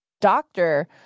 Doctor